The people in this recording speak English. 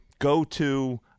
go-to